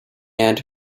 aunt